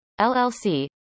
LLC